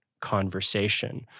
conversation